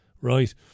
right